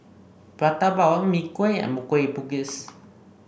Prata Bawang Mee Kuah and Kueh Bugis